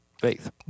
faith